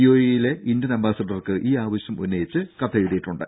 UAE യിലെ Indian അംബാസിഡർക്ക് ഈ ആവശ്യം ഉന്നയിച്ച് കത്തെഴുതിയിട്ടുണ്ട്